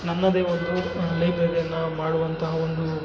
ನನ್ನದೇ ಒಂದು ಲೈಬ್ರೆರಿಯನ್ನು ಮಾಡುವಂತಹ ಒಂದೂ